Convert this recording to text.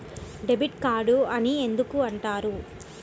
Debit card అని ఎందుకు అంటారు?